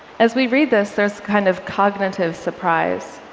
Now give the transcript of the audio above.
as we read this, there's kind of cognitive surprise.